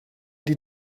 die